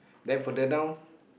then further down